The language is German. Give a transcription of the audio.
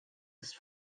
ist